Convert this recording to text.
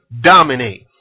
dominate